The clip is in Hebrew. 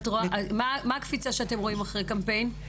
מה הקפיצה שאתם רואים אחרי קמפיין?